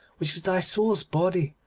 which is thy soul's body,